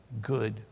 good